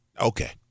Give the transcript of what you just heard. Okay